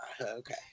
Okay